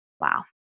Wow